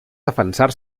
defensar